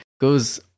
goes